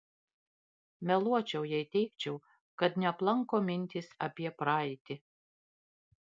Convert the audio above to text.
meluočiau jei teigčiau kad neaplanko mintys apie praeitį